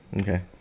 Okay